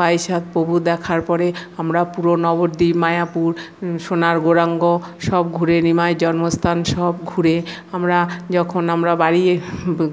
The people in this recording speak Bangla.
বাইশ হাত প্রভু দেখার পরে আমরা পুরো নবদ্বীপ মায়াপুর সোনার গৌরাঙ্গ সব ঘুরে নিমাইয়ের জন্মস্থান সব ঘুরে আমরা যখন আমরা বাড়িয়ে